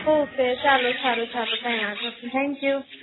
okay ચાલો સારું ચાલો કાંઈ વાંધો નહીં થેન્ક યુ